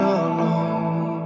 alone